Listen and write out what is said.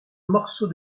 morceau